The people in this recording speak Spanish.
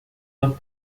dos